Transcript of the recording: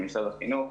משרד החינוך,